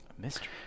Mystery